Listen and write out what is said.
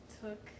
took